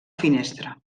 finestra